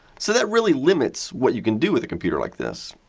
so that really limits what you can do with a computer like this.